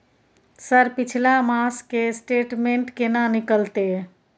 Sir पिछला मास के स्टेटमेंट केना निकलते?